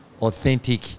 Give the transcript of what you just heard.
authentic